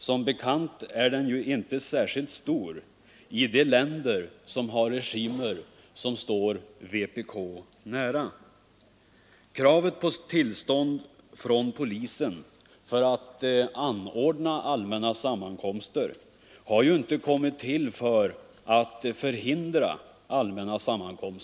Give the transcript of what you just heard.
Som bekant är den inte särskilt stor i länder som har regimer som står vpk nära. Kravet på tillstånd från polisen för att anordna allmänna sammankomster har inte kommit till för att förhindra sådana.